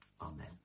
Amen